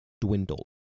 dwindled